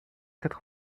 quatre